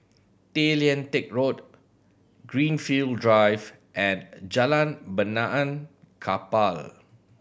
Tay Lian Teck Road Greenfield Drive and Jalan Benaan Kapal